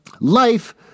life